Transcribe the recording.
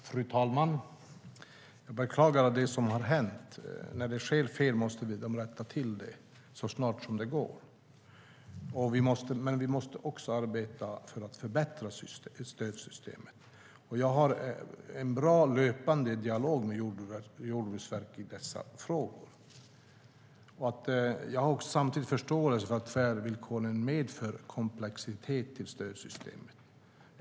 Fru talman! Jag beklagar det som har hänt. När det sker fel måste de rättas till så snart det går. Men vi måste också arbeta för att förbättra stödsystemet. Jag har en bra löpande dialog med Jordbruksverket i dessa frågor. Samtidigt har jag förståelse för att tvärvillkoren medför komplexitet i stödsystemet.